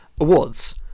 awards